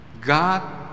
God